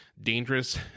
dangerous